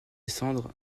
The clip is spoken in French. descendre